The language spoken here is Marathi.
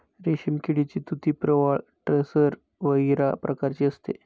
रेशीम किडीची तुती प्रवाळ टसर व इरा प्रकारची असते